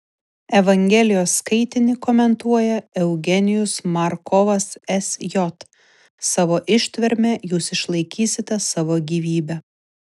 evangelijos skaitinį komentuoja eugenijus markovas sj savo ištverme jūs išlaikysite savo gyvybę